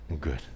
good